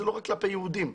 לא רק כלפי יהודים,